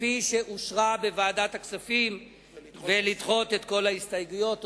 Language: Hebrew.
כפי שאושרה בוועדת הכספים ולדחות את כל ההסתייגויות.